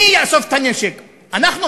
מי יאסוף את הנשק, אנחנו?